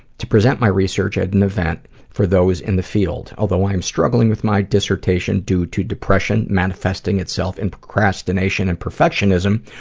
to present my research at an event for those in the field. although i am struggling with my dissertation due to depression manifesting in procrastination and perfectionism,